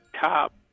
top